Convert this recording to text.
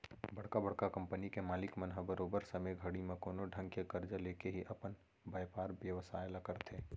बड़का बड़का कंपनी के मालिक मन ह बरोबर समे घड़ी म कोनो ढंग के करजा लेके ही अपन बयपार बेवसाय ल करथे